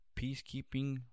peacekeeping